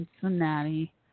Cincinnati